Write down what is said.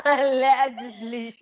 Allegedly